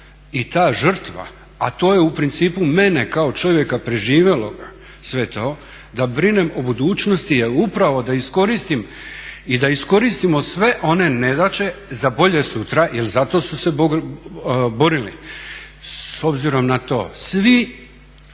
i ta žrtva, a to je u principu mene kao čovjeka preživjeloga sve to da brinem o budućnosti je upravo da iskoristim i da iskoristimo sve one nedaće za bolje sutra jer za to su se borili. S obzirom na to svi